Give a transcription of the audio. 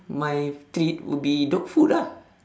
my treat would be dog food ah